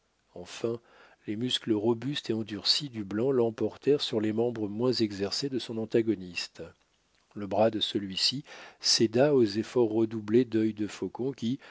enfin les muscles robustes et endurcis du blanc l'emportèrent sur les membres moins exercés de son antagoniste le bras de celui-ci céda aux efforts redoublés dœil de faucon qui